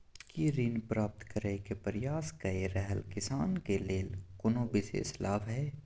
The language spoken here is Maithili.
की ऋण प्राप्त करय के प्रयास कए रहल किसान के लेल कोनो विशेष लाभ हय?